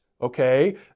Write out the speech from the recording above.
Okay